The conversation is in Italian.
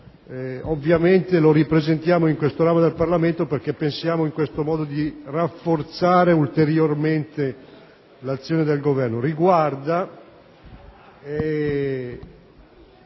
Governo. Lo ripresentiamo in questo ramo del Parlamento perché pensiamo, in questo modo, di rafforzare ulteriormente l'azione del Governo.